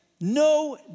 no